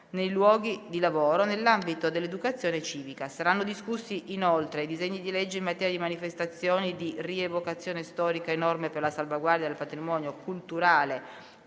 nei luoghi di lavoro nell'ambito dell'educazione civica. Saranno discussi, inoltre, i disegni di legge in materia di manifestazioni di rievocazione storica e norme per la salvaguardia del patrimonio culturale